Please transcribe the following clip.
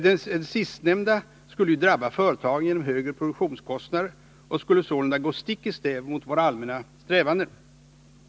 Det sistnämnda skulle ju drabba företagen genom högre produktionskostnader och skulle sålunda gå stick i stäv mot våra allmänna strävanden.